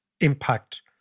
impact